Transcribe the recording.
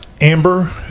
amber